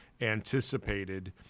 anticipated